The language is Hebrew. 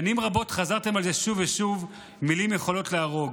שנים רבות חזרתם על זה שוב ושוב: מילים יכולות להרוג.